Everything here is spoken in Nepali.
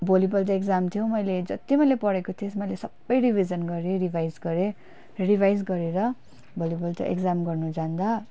भोलिपल्ट एक्जाम थियो मैले जति मैले पढेको थिएँ मैले सबै रिभिजन गरेँ रिभाइज गरेँ रिभाइज गरेर भोलिपल्ट एक्जाम गर्नु जाँदा